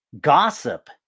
Gossip